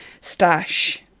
stash